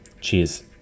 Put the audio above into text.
cheers